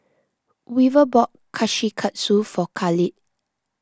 Weaver bought Kushikatsu for Kahlil